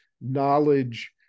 knowledge